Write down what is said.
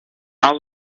all